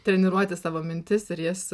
treniruoti savo mintis ir jas